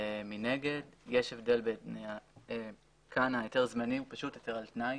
מנגד, כאן ההיתר הזמני הוא יותר היתר על תנאי.